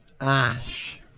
ash